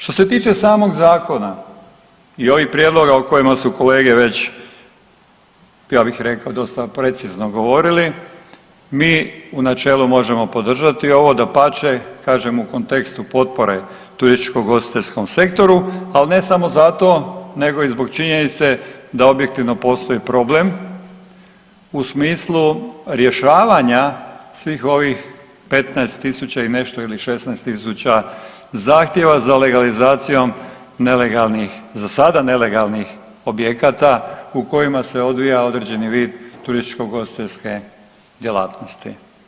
Što se tiče samog zakona i ovih prijedloga o kojima su kolege već ja bih rekao dosta precizno govorili, mi u načelu možemo podržati ovo, dapače kažem u kontekstu potpore turističko ugostiteljskom sektoru, ali ne samo zato nego i zbog činjenice da objektivno postoji problem u smislu rješavanja svih ovih 15.000 i nešto ili 16.000 zahtjeva za legalizacijom nelegalnih, za sada nelegalnih objekata u kojima se odvija određeni vid turističko ugostiteljske djelatnosti.